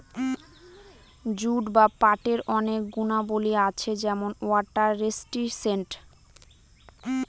jute বা পাটের অনেক গুণাবলী আছে যেমন ওয়াটার রেসিস্টেন্ট